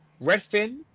Redfin